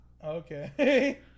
okay